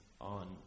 on